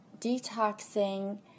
detoxing